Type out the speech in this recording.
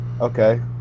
okay